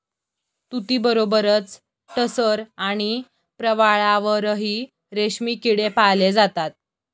तुतीबरोबरच टसर आणि प्रवाळावरही रेशमी किडे पाळले जातात